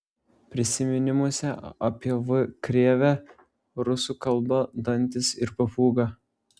prisiminimuose apie v krėvę rusų kalba dantys ir papūga